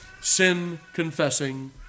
sin-confessing